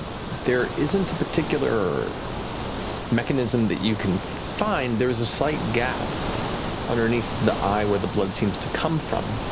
there isn't a particular mechanism that you can find. there is a slight gap underneath the eye where the blood seems to come from,